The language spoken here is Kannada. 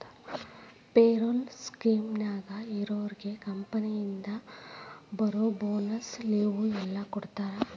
ಪೆರೋಲ್ ಸ್ಕೇಮ್ನ್ಯಾಗ ಇರೋರ್ಗೆ ಕಂಪನಿಯಿಂದ ಬರೋ ಬೋನಸ್ಸು ಲಿವ್ವು ಎಲ್ಲಾ ಕೊಡ್ತಾರಾ